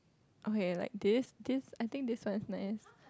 okay like this this I think this one is nice